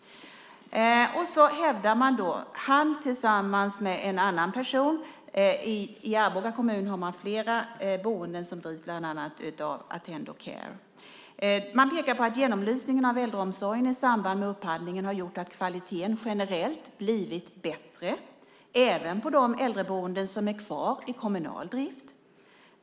Så hävdar han tillsammans med annan person. I Arboga kommun har man många boenden som drivs av Attendo Care. Man pekar på att genomlysningen av äldreomsorgen i samband med upphandlingen har gjort att kvaliteten generellt har blivit bättre, även på de äldreboenden som är kvar i kommunal drift.